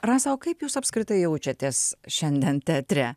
rasa o kaip jūs apskritai jaučiatės šiandien teatre